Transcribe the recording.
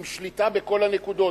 עם שליטה בכל הנקודות,